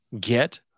get